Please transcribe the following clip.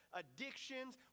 addictions